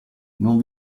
non